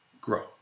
grow